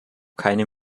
keine